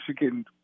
Michigan